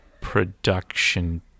production